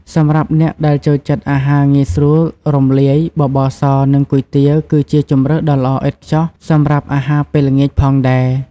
សម្រាប់អ្នកដែលចូលចិត្តអាហារងាយស្រួលរំលាយ បបរស និង គុយទាវ គឺជាជម្រើសដ៏ល្អឥតខ្ចោះសម្រាប់អាហារពេលល្ងាចផងដែរ ។